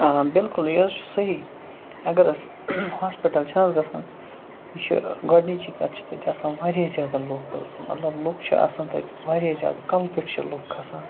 بلکل یہِ حظ چھُ صحیح اگر أسۍ ہاسپِٹَل چھِ نہٕ حظ گژھان یہِ چھِ گۄڈنِچی کَتھ چھُ تَتہِ آسان واریاہ زیادٕ لُکھ حظ مطلب لُکھ چھِ آسان تَتہِ واریاہ زیادٕ کَلہٕ پیٚٹھۍ چھِ لُکھ کھَسان